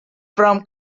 from